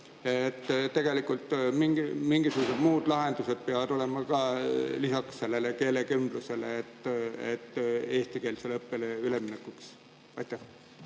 et tegelikult mingisugused muud lahendused peavad olema lisaks sellele keelekümblusele, et eestikeelsele õppele üle minna? Aitäh!